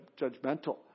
judgmental